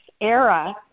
era